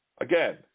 Again